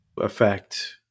affect